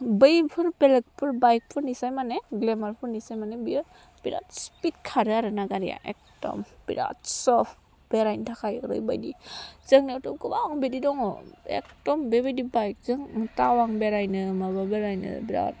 बैफोर बेलेगफोर बाइकफोरनिसाय माने ग्लेमारफोरनिसाय माने बिराद स्पिड खारो आरोना गारिया बिराद सफ्ट बेरायनो थाखाय ओरैबायदि जोंनाथ' गोबां बिदि दङ एखदम बेबायदि बाइकजों तावां बेरायनो माबा बेरायनो बिराद